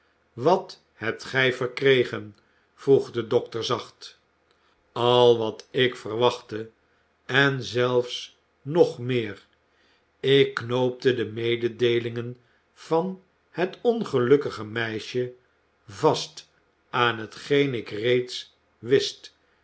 wat hebt gij verkregen vroeg de dokter zacht al wat ik verwachtte en zelfs nog meer ik knoopte de mededeelingen van het ongelukkige meisje vast aan hetgeen ik reeds wist